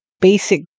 basic